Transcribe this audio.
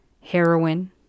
heroin